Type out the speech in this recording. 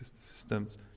systems